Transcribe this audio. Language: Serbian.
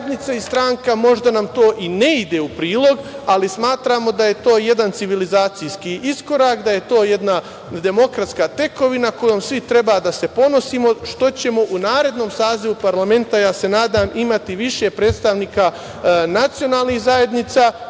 zajednici i stranci možda nam to i ne ide u prilog, ali smatramo da je to jedan civilizacijski iskorak, da je to jedna demokratska tekovina kojom svi treba da se ponosimo, što ćemo u narednom sazivu parlamenta, ja se nadam, imati više predstavnika nacionalnih zajednica